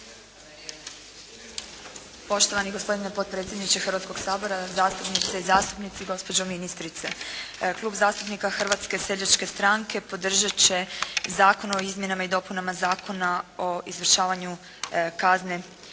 Poštovani gospodine potpredsjedniče Hrvatskog sabora, zastupnice i zastupnici, gospođo ministrice. Klub zastupnika Hrvatske seljačke stranke podržat će Zakon o izmjenama i dopunama Zakona o izvršavanju kazne